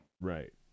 Right